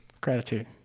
Gratitude